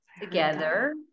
together